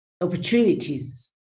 opportunities